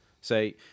say